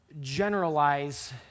generalize